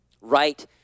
right